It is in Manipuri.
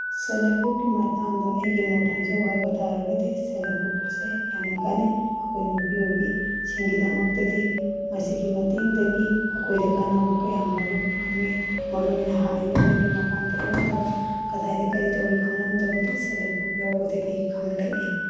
ꯁꯦꯜ ꯍꯦꯞ ꯒ꯭ꯔꯨꯞꯀꯤ ꯃꯇꯥꯡꯗ ꯑꯩꯒꯤ ꯃꯣꯠ ꯍꯥꯏꯖꯧ ꯍꯥꯏꯕ ꯇꯥꯔꯒꯗꯤ ꯁꯦꯜ ꯍꯦꯞ ꯒ꯭ꯔꯨꯞ ꯑꯁꯦ ꯌꯥꯝꯅ ꯀꯥꯅꯩ ꯑꯩꯈꯣꯏ ꯅꯨꯄꯤ ꯑꯣꯏꯕꯤꯁꯤꯡꯒꯤꯗꯃꯛꯇꯗꯤ ꯃꯁꯤꯒꯤ ꯃꯇꯦꯡꯗꯒꯤ ꯑꯩꯈꯣꯏꯗ ꯀꯥꯅꯕ ꯀꯌꯥ ꯑꯃ ꯐꯪꯏ ꯃꯔꯨꯑꯣꯏꯅ ꯍꯥꯟꯅ ꯌꯨꯝꯗꯒꯤ ꯃꯄꯥꯟ ꯊꯣꯛꯂꯝꯗꯕ ꯀꯗꯥꯏꯗ ꯀꯔꯤ ꯇꯧꯔꯤ ꯈꯪꯉꯝꯗꯕꯗꯨ ꯁꯦꯜ ꯍꯦꯞ ꯒ꯭ꯔꯨꯞꯀꯤ ꯌꯥꯎꯕꯗꯒꯤ ꯈꯪꯂꯛꯏ